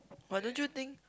but don't you think